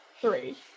three